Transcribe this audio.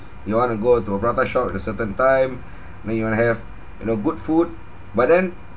you want to go to a prata shop at a certain time then you want to have you know good food but then